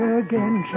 again